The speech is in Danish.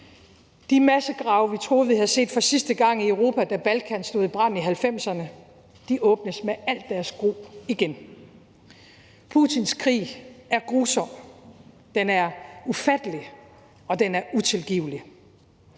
De massegrave, vi troede vi havde set for sidste gang i Europa, da Balkan stod i brand i 1990'erne, åbnes med al deres gru igen. Putins krig er grusom, den er ufattelig, og den er utilgivelig.